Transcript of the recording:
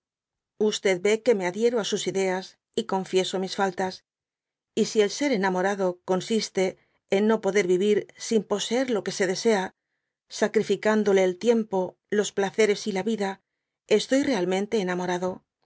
dby google que me adhiero á sus ideas y ooníieso mis fiíhas y si el ser enamorado consiste es no poder vivii sin poseer lo que se desea sacrificaiidole el tiempo los placeres y la yida estoy realmente enamorado